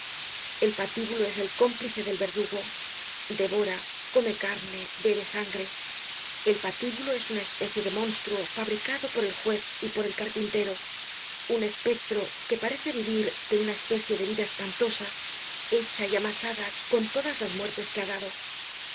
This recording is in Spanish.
el patíbulo es el cómplice del verdugo devora come carne bebe sangre el patíbulo es una especie de mónstruo fabricado por el juez y por el carpintero un espectro que parece vivir de una especie de vida espantosa hecha y amasada con todas las muertes que ha dado